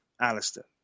Alistair